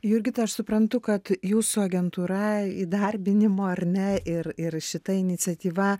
jurgita aš suprantu kad jūsų agentūra įdarbinimo ar ne ir ir šita iniciatyva